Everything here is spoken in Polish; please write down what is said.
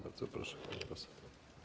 Bardzo proszę, pani poseł.